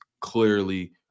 clearly